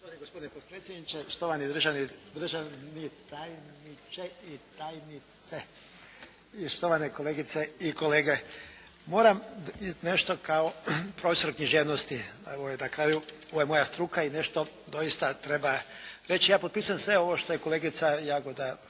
Štovani gospodine potpredsjedniče, štovani državni tajniče i tajnice, štovane kolegice i kolege. Moram nešto kao profesor književnosti na kraju ovo je moja struka i nešto doista treba reći. Ja potpisujem sve ovo što je kolegica Jagoda